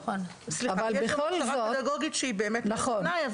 יש גם הכשרה פדגוגית שהיא באמת תנאי,